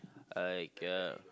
like uh